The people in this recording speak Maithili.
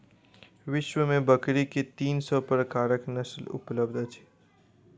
विश्व में बकरी के तीन सौ प्रकारक नस्ल उपलब्ध अछि